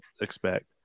expect